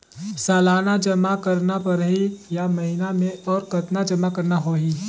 सालाना जमा करना परही या महीना मे और कतना जमा करना होहि?